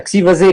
גובה התקציב הזה,